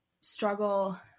struggle